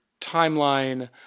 timeline